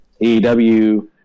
AEW